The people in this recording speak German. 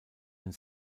ein